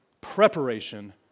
preparation